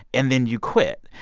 and then you quit.